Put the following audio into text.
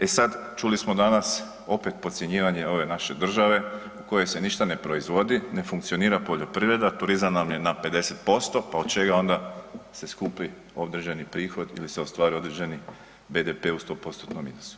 E sad, čuli smo danas opet podcjenjivanje ove naše države u kojoj se ništa ne proizvodi, ne funkcionira poljoprivreda, turizam nam je na 50% pa od čega onda se skupi određeni prihod ili se ostvare određeni BDP u 100%-tnom iznosu?